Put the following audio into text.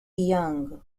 young